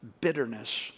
bitterness